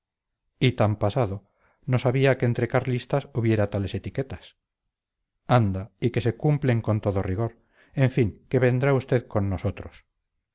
y tan pasado no sabía que entre carlistas hubiera tales etiquetas anda y que se cumplen con todo rigor en fin que vendrá usted con nosotros